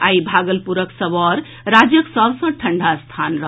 आई भागलपुरक सबौर राज्यक सभ सँ ठंढ़ा स्थान रहल